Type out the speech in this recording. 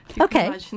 okay